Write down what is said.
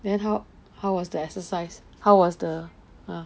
then how how was the exercise how was the uh